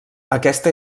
aquesta